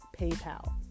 PayPal